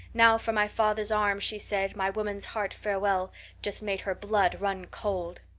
now for my father's arm she said, my woman's heart farewell just made her blood run cold.